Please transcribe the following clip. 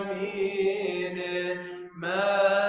a man